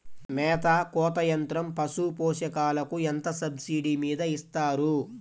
మేత కోత యంత్రం పశుపోషకాలకు ఎంత సబ్సిడీ మీద ఇస్తారు?